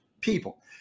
people